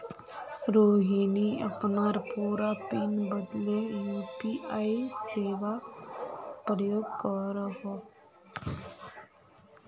रोहिणी अपनार पूरा पिन बदले यू.पी.आई सेवार प्रयोग करोह